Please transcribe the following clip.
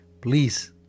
please